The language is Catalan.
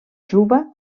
juba